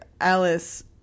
Alice